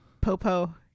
Popo